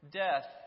death